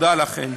תודה לכם.